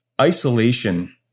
Isolation